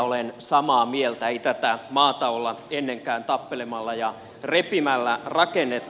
olen samaa mieltä ei tätä maata olla ennenkään tappelemalla ja repimällä rakennettu